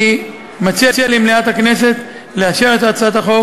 אני מציע למליאת הכנסת לאשר את הצעת החוק